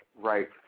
right